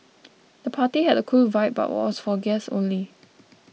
the party had a cool vibe but was for guests only